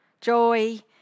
joy